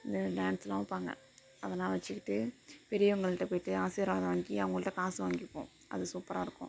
இந்த டான்ஸ்லாம் வைப்பாங்க அதெல்லாம் வச்சிக்கிட்டு பெரியவங்கள்ட்ட போய்ட்டு ஆசீர்வாதம் வாங்கி அவங்கள்கிட்ட காசு வாங்கிப்போம் அது சூப்பராக இருக்கும்